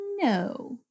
No